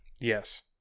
Yes